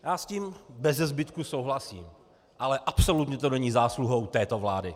Já s tím bezezbytku souhlasím, ale absolutně to není zásluhou této vlády.